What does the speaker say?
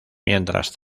mientras